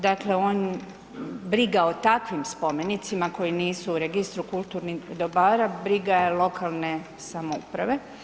Dakle, on, briga o takvim spomenicima koji nisu u registru kulturnih dobara, briga je lokalne samouprave.